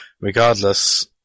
regardless